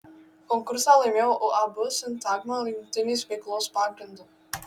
konkursą laimėjo uab sintagma jungtinės veiklos pagrindu